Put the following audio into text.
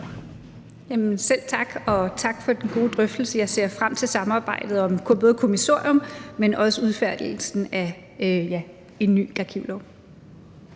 selv tak, og tak for den gode drøftelse. Jeg ser frem til samarbejdet om både kommissorium, men også om udfærdigelsen af en ny arkivlov.